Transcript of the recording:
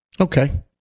Okay